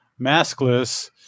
maskless